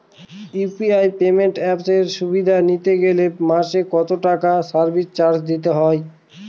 UPI payment অ্যাপের সুবিধা নিতে গেলে মাসে কত টাকা সার্ভিস চার্জ দিতে হবে?